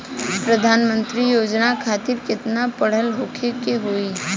प्रधानमंत्री योजना खातिर केतना पढ़ल होखे के होई?